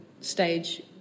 stage